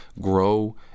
grow